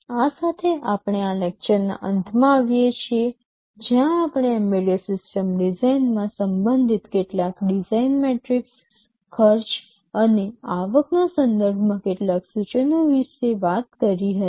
આ સાથે આપણે આ લેક્ચરના અંતમાં આવીએ છીએ જ્યાં આપણે એમ્બેડેડ સિસ્ટમ ડિઝાઇનમાં સંબંધિત કેટલાક ડિઝાઇન મેટ્રિક્સ ખર્ચ અને આવકના સંદર્ભમાં કેટલાક સૂચનો વિશે વાત કરી હતી